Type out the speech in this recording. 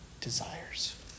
desires